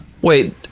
Wait